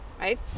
right